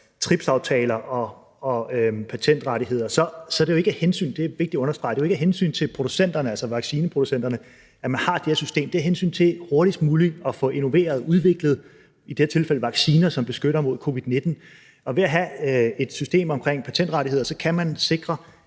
TRIPS-aftaler og patentrettigheder, er det jo ikke – det er vigtigt at understrege – af hensyn til vaccineproducenterne, at man har det her system. Det er af hensyn til hurtigst muligt at få innoveret, udviklet, i det her tilfælde vacciner, som beskytter mod covid-19. Ved at have et system omkring patentrettigheder kan man sikre,